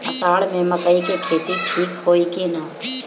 अषाढ़ मे मकई के खेती ठीक होई कि ना?